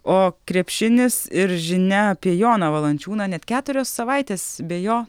o krepšinis ir žinia apie joną valančiūną net keturios savaitės be jo